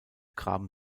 graben